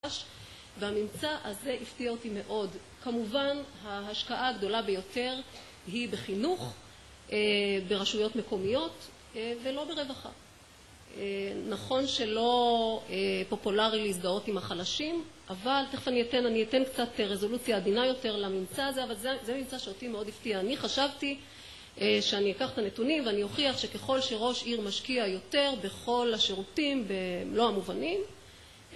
והממצא הזה הפתיע אותי מאוד. כמובן ההשקעה הגדולה ביותר היא בחינוך, ברשויות מקומיות, ולא ברווחה. נכון שלא פופולארי להזדהות עם החלשים, אבל תכף אני אתן קצת רזולוציה עדינה יותר לממצא הזה, אבל זה ממצא שאותי מאוד הפתיע. אני חשבתי שאני אקח את הנתונים ואני אוכיח שככל שראש עיר משקיע יותר בכל השירותים במלא המובנים, תודה.